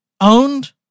owned